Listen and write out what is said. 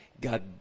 God